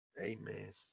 Amen